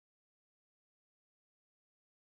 they are like Pang !wah! okay